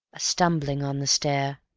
a stumbling on the stair.